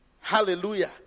Hallelujah